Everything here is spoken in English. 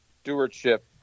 Stewardship